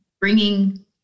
bringing